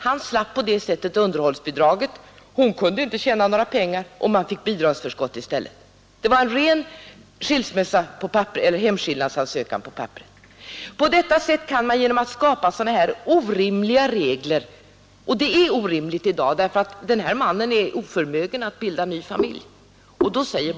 Han slapp på det sättet underhållsbidraget. Hon kunde inte tjäna några pengar, och man fick bidragsförskott i stället. Det var bara en hemskillnad på papperet. På detta sätt kan det bli när man skapar sådana här orimliga regler. Och det är orimligt också därför att den man jag tidigare talade om och många med honom är oförmögna att bilda ny familj.